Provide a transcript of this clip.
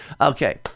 Okay